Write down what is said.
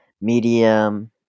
medium